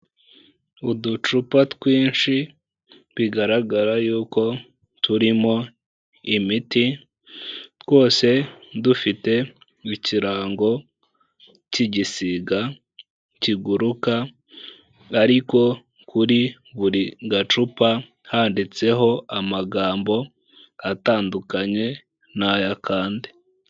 Uducupa twinshi bigaragara yuko turimo imiti, twose dufite ikirango cy' igisiga kiguruka ariko kuri buri gacupa handitseho amagambo atandukanye n'ay'akandi.